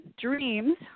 dreams